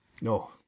no